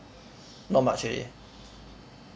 not much already